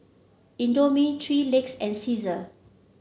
Indomie Three Legs and Cesar